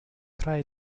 try